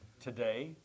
today